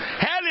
hell